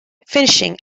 finishing